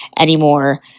anymore